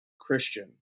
Christian